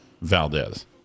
Valdez